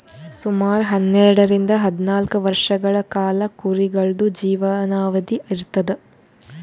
ಸುಮಾರ್ ಹನ್ನೆರಡರಿಂದ್ ಹದ್ನಾಲ್ಕ್ ವರ್ಷಗಳ್ ಕಾಲಾ ಕುರಿಗಳ್ದು ಜೀವನಾವಧಿ ಇರ್ತದ್